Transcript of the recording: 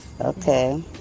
Okay